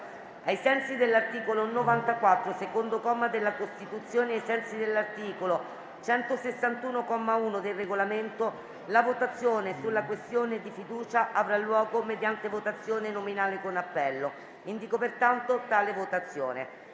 ai sensi dell'articolo 94, secondo comma, della Costituzione e ai sensi dell'articolo 161, comma 1, del Regolamento, la votazione sulla questione di fiducia avrà luogo mediante votazione nominale con appello. Come stabilito dalla Conferenza